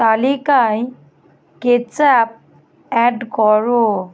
তালিকায় ketchup add করো